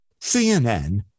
CNN